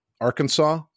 Arkansas